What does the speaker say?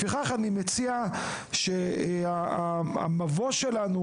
לפיכך, אני מציע שהמבוא שלנו